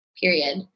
period